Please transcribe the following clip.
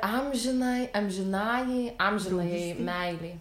amžinai amžinajai amžinajai meilei